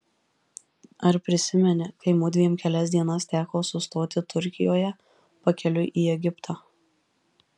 ar prisimeni kai mudviem kelias dienas teko sustoti turkijoje pakeliui į egiptą